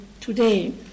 today